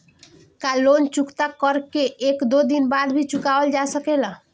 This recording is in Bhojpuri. का लोन चुकता कर के एक दो दिन बाद भी चुकावल जा सकेला?